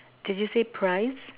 did you say prize